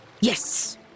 Yes